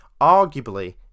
arguably